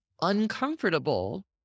uncomfortable